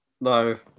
No